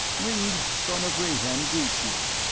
ringg son of rahan greets you.